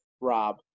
Rob